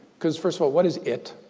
because first of all, what is it?